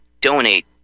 donate